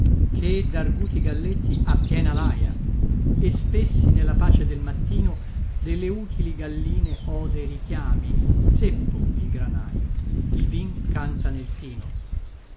che darguti galletti ha piena laia e spessi nella pace del mattino delle utili galline ode i richiami zeppo il granaio il vin canta nel tino